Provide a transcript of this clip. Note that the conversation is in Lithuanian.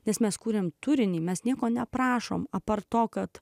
nes mes kūrėme turinį mes nieko neprašome apart to kad